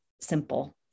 simple